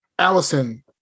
Allison